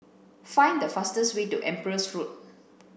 find the fastest way to Empress Road